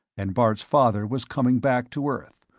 and bart's father was coming back to earth,